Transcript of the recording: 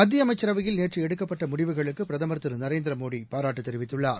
மத்திய அமைச்சரவையில் நேற்று எடுக்கப்பட்ட முடிவுகளுக்கு பிரதமர் திருநரேந்திர மோடி பாராட்டு தெரிவித்துள்ளார்